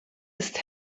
ist